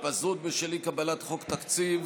הוראת שעה) (התפזרות בשל אי-קבלת חוק תקציב),